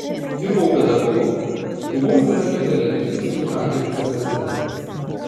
dirbau pedagogu buvau izraelio televizijos ir radijo viceprezidentas